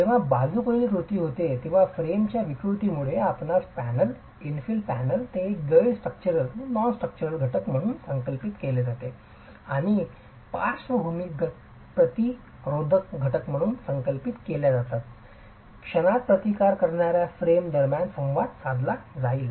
जेव्हा बाजूकडील कृती होते तेव्हा फ्रेमच्या विकृतीमुळे आपणास पॅनेल इनफिल पॅनेल जे एक गैर स्ट्रक्चरल घटक म्हणून संकल्पित केले जाते आणि पार्श्वभूमी प्रतिरोधक घटक म्हणून संकल्पित केलेल्या क्षणात प्रतिकार करणार्या फ्रेम दरम्यान संवाद साधला जाईल